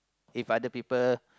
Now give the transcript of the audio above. if other people